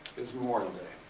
is memorial